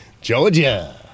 Georgia